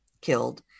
killed